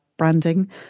branding